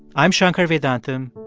i'm shankar vedantam,